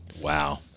Wow